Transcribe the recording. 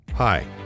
Hi